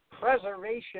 preservation